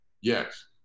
yes